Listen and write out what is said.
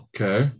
Okay